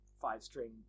five-string